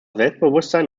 selbstbewusstsein